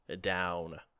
down